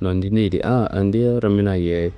nondi ndeyedi? Aa andiye rimina yeyi.